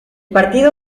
partido